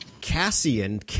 Cassian